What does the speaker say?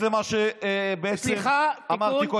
לפי מה שכתוב בעיתון,